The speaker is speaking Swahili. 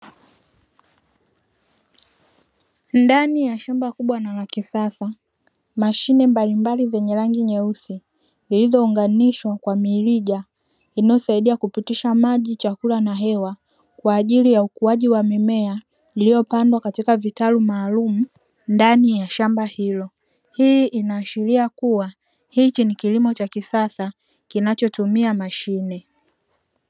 Ndani ya shamba kubwa na la kisasa, mashine mbali mbali zenye rangi nyeusi zilizounganishwa kwa mirija inayosaidia kupitisha maji, chakula na hewa kwa ajili ya ukuaji wa mimea, iliyopandwa katika vitalu maalumu ndani ya shamba hilo. Hii inaashiria kuwa hiki ni kilimo cha kisasa kinachotumia mashine.